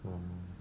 um